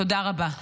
תודה רבה.